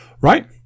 Right